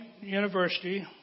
University